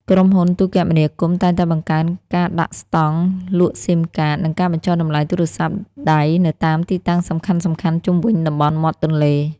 ក្រុមហ៊ុនទូរគមនាគមន៍តែងតែបង្កើនការដាក់ស្តង់លក់ស៊ីមកាត និងការបញ្ចុះតម្លៃទូរស័ព្ទដៃនៅតាមទីតាំងសំខាន់ៗជុំវិញតំបន់មាត់ទន្លេ។